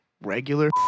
Regular